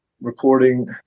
recording